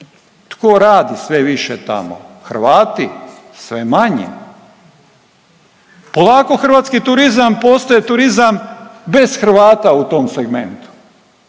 Tko radi sve više tamo? Hrvati? Sve manje. Polako hrvatski turizam postaje turizam bez Hrvata u tom segmentu,